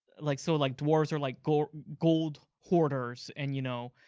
like so like dwarves are like gold gold hoarders, and you know,